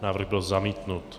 Návrh byl zamítnut.